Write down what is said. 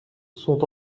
sont